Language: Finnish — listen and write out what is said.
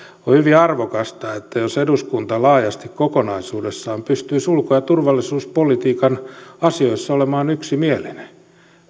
on hyvin arvokasta jos eduskunta laajasti kokonaisuudessaan pystyisi ulko ja turvallisuuspolitiikan asioissa olemaan yksimielinen